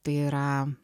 tai yra